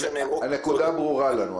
הנקודה ברורה לנו.